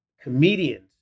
comedians